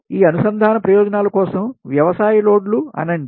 ఈ అనుసంధాన ప్రయోజనాల కోసం వ్యవసాయ లోడ్లు అనండి